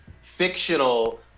fictional